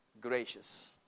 gracious